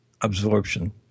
absorption